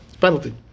Penalty